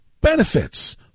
benefits